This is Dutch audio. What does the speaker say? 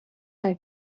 hij